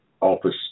office